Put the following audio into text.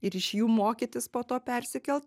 ir iš jų mokytis po to persikelt